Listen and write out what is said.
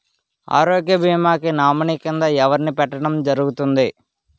ఆరోగ్య భీమా కి నామినీ కిందా ఎవరిని పెట్టడం జరుగతుంది?